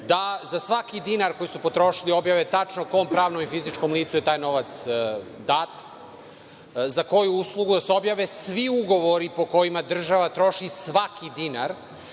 da za svaki dinar koji su potrošili objave tačno kom pravnom i fizičkom licu je taj novac dat, za koju uslugu, da se objave svi ugovori po kojima država troši svaki dinar